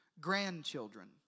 grandchildren